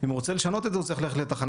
ואם הוא רוצה לשנות את זה הוא צריך ללכת לתחנת